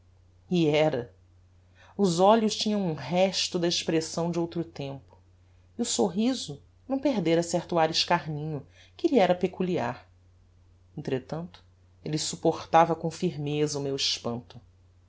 e era os olhos tinham um resto da expressão de outro tempo e o sorriso não perdera certo ar escarninho que lhe era peculiar entretanto elle supportava com firmeza o meu espanto